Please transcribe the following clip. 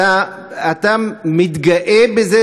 אתה מתגאה בזה?